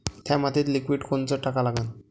थ्या मातीत लिक्विड कोनचं टाका लागन?